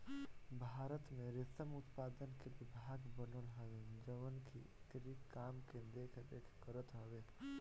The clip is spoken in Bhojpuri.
भारत में रेशम उत्पादन के विभाग बनल हवे जवन की एकरी काम के देख रेख करत हवे